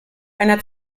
einer